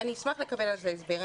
ואשמח לקבל על זה הסבר,